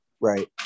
right